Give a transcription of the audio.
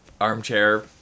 armchair